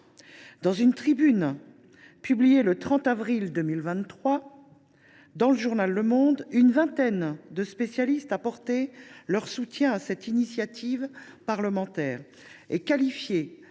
Dans une tribune publiée le 30 avril 2023 dans, une vingtaine de spécialistes apportaient leur soutien à cette initiative parlementaire et qualifiaient